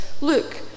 look